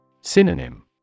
Synonym